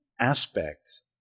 aspects